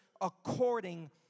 according